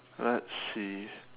let's see